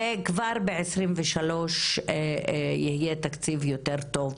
וכבר ב-2023 יהיה תקציב יותר טוב